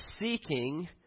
seeking